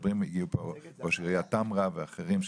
הגיעו לפה ראש עיריית טמרה ואחרים שידברו.